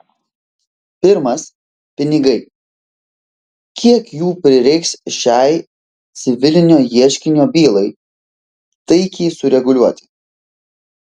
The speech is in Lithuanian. pirmas pinigai kiek jų prireiks šiai civilinio ieškinio bylai taikiai sureguliuoti